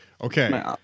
Okay